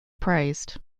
praised